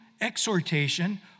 exhortation